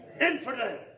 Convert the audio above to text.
infidel